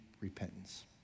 repentance